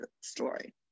story